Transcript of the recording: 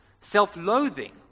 self-loathing